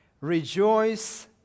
Rejoice